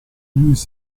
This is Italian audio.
lewis